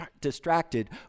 distracted